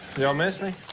y'all miss me?